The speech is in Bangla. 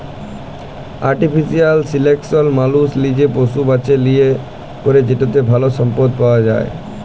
আর্টিফিশিয়াল সিলেকশল মালুস লিজে পশু বাছে লিয়ে ক্যরে যেটতে ভাল সম্পদ পাউয়া যায়